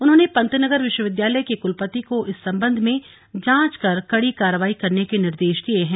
उन्होंने पंतनगर विश्वविद्यालय के कुलपति को इस संबंध में जांच कर कड़ी कार्रवाई करने के निर्देश दिये हैं